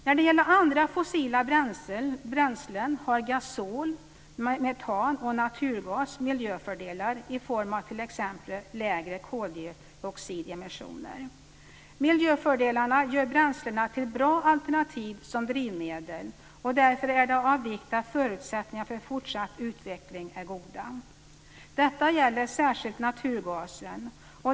När det gäller andra fossila bränslen har gasol, metan och naturgas miljöfördelar i form av t.ex. lägre koldioxidemissioner. Miljöfördelarna gör bränslena till bra alternativ som drivmedel. Därför är det av vikt att förutsättningarna för fortsatt utveckling är goda. Detta gäller särskilt naturgasen.